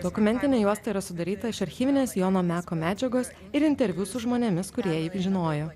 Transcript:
dokumentinė juosta yra sudaryta iš archyvinės jono meko medžiagos ir interviu su žmonėmis kurie žinojo